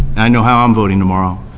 i know how i'm voting tomorrow,